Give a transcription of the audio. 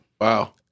Wow